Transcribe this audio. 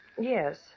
Yes